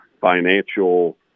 financial